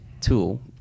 tool